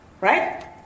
right